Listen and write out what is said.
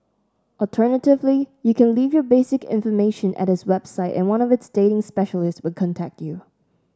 alternatively you can leave your basic information at its website and one of its dating specialists will contact you